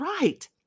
right